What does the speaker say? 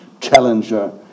challenger